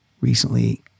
recently